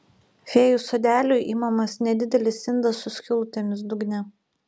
fėjų sodeliui imamas nedidelis indas su skylutėmis dugne